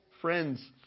friends